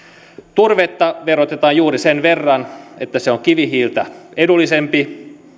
turvetta verotetaan juuri sen verran että se on kivihiiltä edullisempaa